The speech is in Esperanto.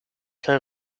kaj